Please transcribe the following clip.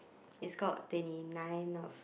it's called twenty nine of